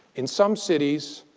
in some cities,